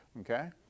Okay